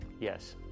Yes